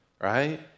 right